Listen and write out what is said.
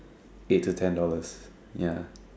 eight to ten dollars ya